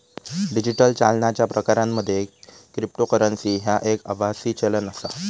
digital चालनाच्या प्रकारांमध्ये cryptocurrency ह्या एक आभासी चलन आसा